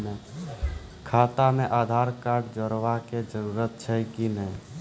खाता म आधार कार्ड जोड़वा के जरूरी छै कि नैय?